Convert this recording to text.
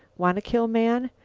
wanna kill man.